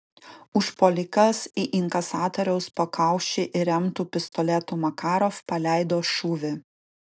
užpuolikas į inkasatoriaus pakaušį įremtu pistoletu makarov paleido šūvį